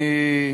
אני,